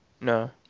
No